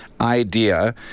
idea